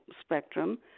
spectrum